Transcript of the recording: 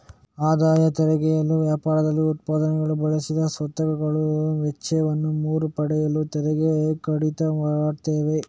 ಆದಾಯ ತೆರಿಗೆಯು ವ್ಯಾಪಾರದಲ್ಲಿ ಉತ್ಪಾದನೆಗೆ ಬಳಸಿದ ಸ್ವತ್ತುಗಳ ವೆಚ್ಚವನ್ನ ಮರು ಪಡೆಯಲು ತೆರಿಗೆ ಕಡಿತ ಮಾಡ್ತವೆ